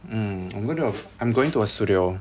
mm I'm going to I'm going to a studio